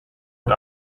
het